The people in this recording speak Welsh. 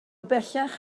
bellach